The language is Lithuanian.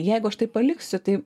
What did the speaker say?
jeigu aš taip paliksiu tai